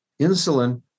insulin